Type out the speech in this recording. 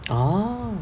oh